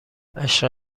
عشق